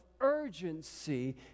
urgency